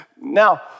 Now